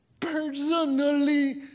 Personally